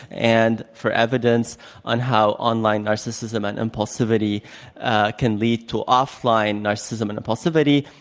and, for evidence on how online narcissism and impulsivity can lead to offline narcissism and impulsivity,